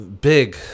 big